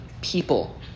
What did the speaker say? people